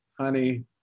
honey